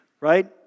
Right